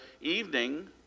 evening